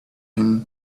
them